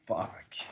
Fuck